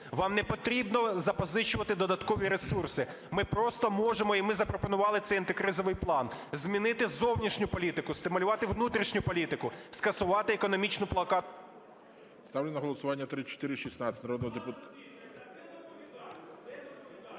Вам не потрібно запозичувати додаткові ресурси, ми просто можемо, і ми запропонували цей антикризовий план, змінити зовнішню політику, стимулювати внутрішню політику, скасувати економічну... ГОЛОВУЮЧИЙ. Ставлю на голосування 3416 народного депутата...